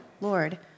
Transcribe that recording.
Lord